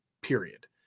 period